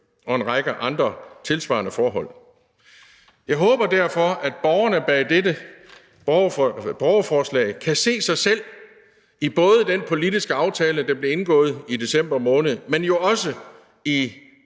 og en række andre tilsvarende forhold. Jeg håber derfor, at borgerne bag dette rigtig gode borgerforslag kan se sig selv og deres tanker i både den politiske aftale, der blev indgået i december måned, men jo også i